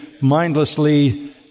mindlessly